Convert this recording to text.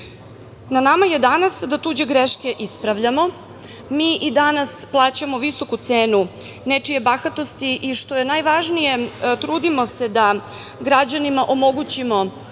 nama je danas da tuđe greške ispravljamo. Mi i danas plaćamo visoku cenu nečije bahatosti i što je najvažnije trudimo se da građanima omogućimo